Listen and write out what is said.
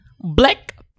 Black